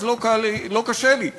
לא קשה לי לומר: